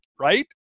right